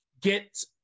get